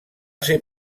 ser